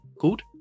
called